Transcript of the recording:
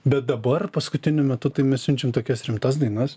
bet dabar paskutiniu metu tai mes siunčiam tokias rimtas dainas